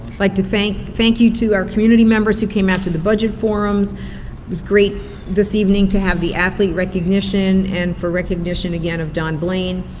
like to thank, thank you to our community members who came out to the budget forums. it was great this evening to have the athlete recognition, and for recognition again of don blaine.